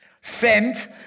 Sent